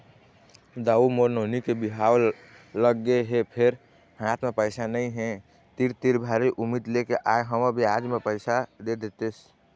दाऊ मोर नोनी के बिहाव लगगे हे फेर हाथ म पइसा नइ हे, तोर तीर भारी उम्मीद लेके आय हंव बियाज म पइसा दे देतेस